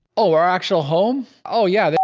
oh, our actual home? oh yeah,